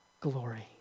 glory